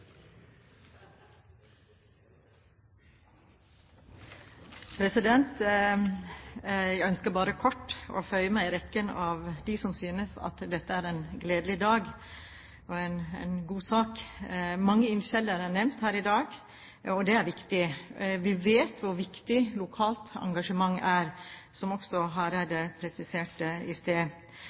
en gledelig dag og en god sak. Mange ildsjeler er nevnt her i dag, og det er viktig. Vi vet hvor viktig lokalt engasjement er, som også Hareide presiserte i sted. Jeg vet også at den nåværende ordføreren i